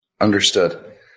Understood